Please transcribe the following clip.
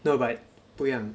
no but 不一样